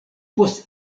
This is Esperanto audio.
post